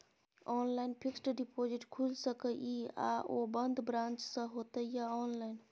Online fixed deposit खुईल सके इ आ ओ बन्द ब्रांच स होतै या ऑनलाइन?